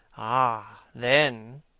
ah, then,